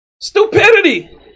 Stupidity